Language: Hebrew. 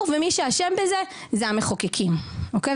הסיפור ומי שאשם בזה אלו המחוקקים, אוקיי?